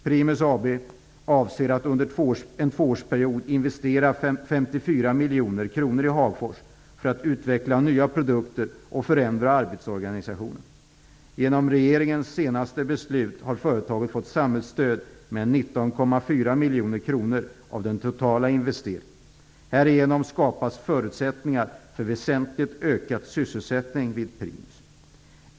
Primus AB avser att under en tvåårsperiod investera för 54 miljoner kronor i Hagfors för att utveckla nya produkter och förändra arbetsorganisationen. Genom regeringens senaste beslut har företaget fått samhällsstöd med 19,4 miljoner kronor av den totala investeringen. Härigenom skapas förutsättningar för väsentligt ökad sysselsättning vid Primus.